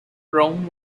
rome